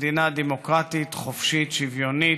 מדינה דמוקרטית, חופשית, שוויונית,